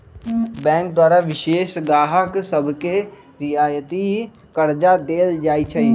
bank द्वारा विशेष गाहक सभके रियायती करजा देल जाइ छइ